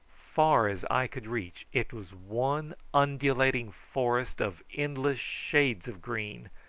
far as eye could reach it was one undulating forest of endless shades of green,